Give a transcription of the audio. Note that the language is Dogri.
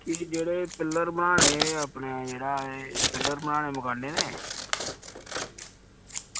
की जेह्ड़े पिल्लर बनाने एह् पिल्लर बनाने मकानै दे